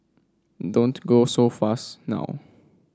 don't go so fast now